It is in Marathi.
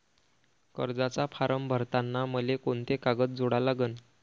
कर्जाचा फारम भरताना मले कोंते कागद जोडा लागन?